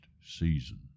season